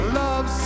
love